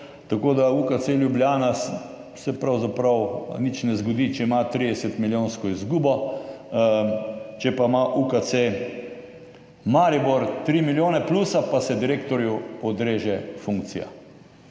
Tako da se UKC Ljubljana pravzaprav nič ne zgodi, če ima 30-milijonsko izgubo, če pa ima UKC Maribor 3 milijone plusa, pa se direktorju odreže funkcija.